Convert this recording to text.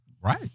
Right